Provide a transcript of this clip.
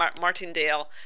Martindale